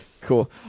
Cool